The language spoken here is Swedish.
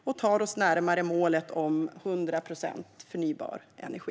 Det tar oss också närmare målet om 100 procent förnybar energi.